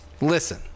Listen